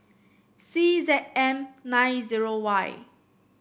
C Z M nine zero Y